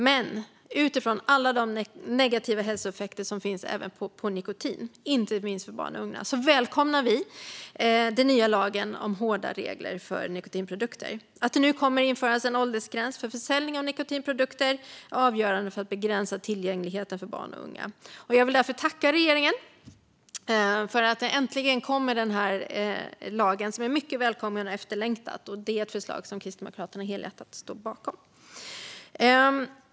Men utifrån alla de negativa hälsoeffekter som finns även av andra nikotinprodukter, inte minst för barn och unga, välkomnar vi kristdemokrater den nya lagen om hårdare regler för nikotinprodukter. Att det nu kommer att införas en åldersgräns för försäljning av nikotinprodukter är avgörande för att begränsa tillgängligheten för barn och unga. Jag vill därför tacka regeringen för att detta lagförslag äntligen kommer. Det är mycket välkommet och efterlängtat, och det är ett förslag som vi kristdemokrater helhjärtat står bakom.